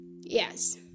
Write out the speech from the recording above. Yes